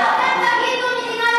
רק אמרתי: